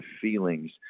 feelings